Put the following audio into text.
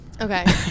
okay